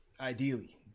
Ideally